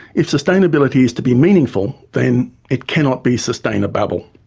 if sustainability is to be meaningful, then it cannot be sustainababble,